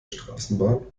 straßenbahn